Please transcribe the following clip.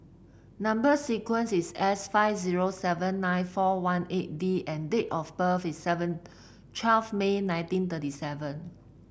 number sequence is S five zero seven nine four one eight D and date of birth is seven twelfth May nineteen thirty seven